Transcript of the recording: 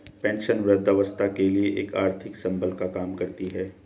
pension वृद्धावस्था के लिए एक आर्थिक संबल का काम करती है